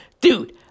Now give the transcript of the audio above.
dude